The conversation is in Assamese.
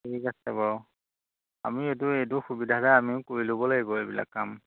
ঠিক আছে বাৰু আমি এইটো এইটো সুবিধাতে আমিও কৰি ল'ব লাগিব এইবিলাক কাম